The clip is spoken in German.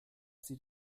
sie